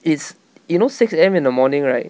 it's you know six A_M in the morning right